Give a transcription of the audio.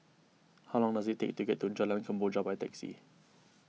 how long does it take to get to Jalan Kemboja by taxi